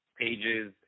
pages